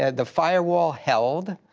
and the firewall held.